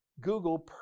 Google